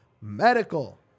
Medical